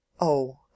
Oh